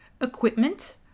equipment